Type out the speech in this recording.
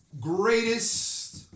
greatest